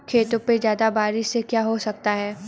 खेतों पे ज्यादा बारिश से क्या हो सकता है?